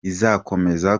izakomeza